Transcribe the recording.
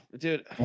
dude